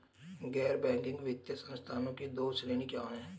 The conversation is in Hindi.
गैर बैंकिंग वित्तीय संस्थानों की दो श्रेणियाँ क्या हैं?